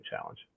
challenge